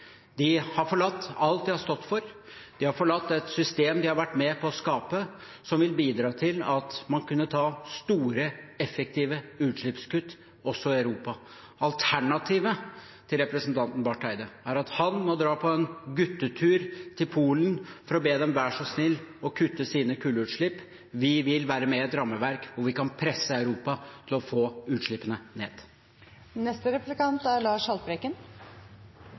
De har forlatt alt de har stått for. De har forlatt et system de har vært med på å skape, som ville bidratt til at man kunne ta store, effektive utslippskutt også i Europa. Alternativet til representanten Barth Eide er at han må dra på guttetur til Polen for å be dem være så snill å kutte i sine kullutslipp. Vi vil være med i et rammeverk hvor vi kan presse Europa til å få utslippene